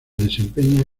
desempeña